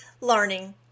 learning